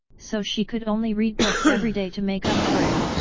so she could only read books everyday to make up for it.